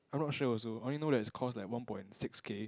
I'm not sure also I only knows that it cost like one point six K